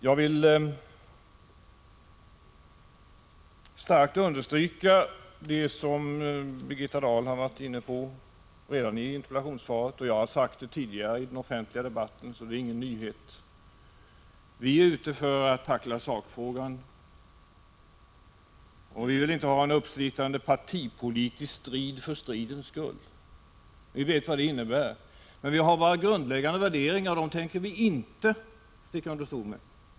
Jag vill starkt understryka det som Birgitta Dahl var inne på redan i interpellationssvaret, och jag har sagt det tidigare i den offentliga debatten, så det är ingen nyhet: Vi är ute för att tackla sakfrågan, och vi vill inte ha en uppslitande partipolitisk strid för stridens skull. Vi vet vad det innebär. Men vi har våra grundläggande värderingar och dem tänker vi inte sticka under stol med.